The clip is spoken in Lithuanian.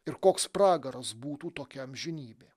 ir koks pragaras būtų tokia amžinybė